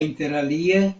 interalie